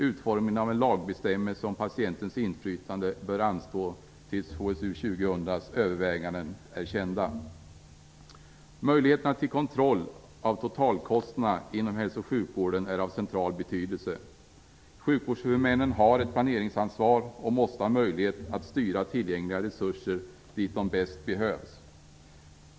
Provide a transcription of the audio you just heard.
Utformningen av en lagbestämmelse om patientens inflytande bör anstå tills HSU 2000:s överväganden är kända. Möjligheterna till kontroll av totalkostnaderna inom hälso och sjukvården är av central betydelse. Sjukvårdshuvudmännen har ett planeringsansvar och måste ha möjlighet att styra tillgängliga resurser dit de bäst behövs.